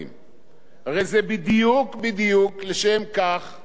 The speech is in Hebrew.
בדיוק לשם כך הכנו את החוק הזה והבאנו אותו.